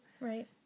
Right